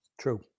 True